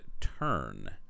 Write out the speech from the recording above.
turn